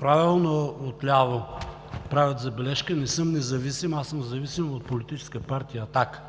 Правилно отляво правят забележка. Не съм независим, аз съм зависим от Политическа партия „Атака“.